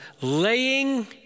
laying